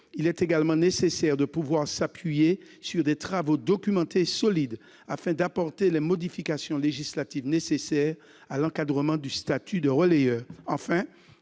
il est également nécessaire de pouvoir s'appuyer sur des travaux documentés et solides, afin d'apporter les modifications législatives nécessaires à l'encadrement du statut de relayeur.